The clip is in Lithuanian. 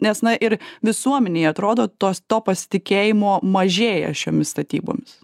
nes na ir visuomenei atrodo tos to pasitikėjimo mažėja šiomis statybomis